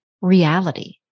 reality